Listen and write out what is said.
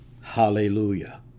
Hallelujah